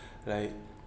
right